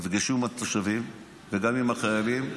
נפגשו עם התושבים וגם עם החיילים.